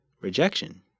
Rejection